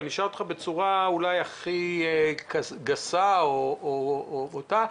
אני אשאל אותך בצורה הכי גסה או בוטה,